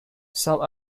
some